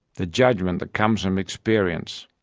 the judgment that comes from experience,